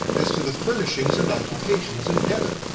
as to the furnishings and occupations in heaven.